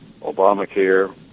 Obamacare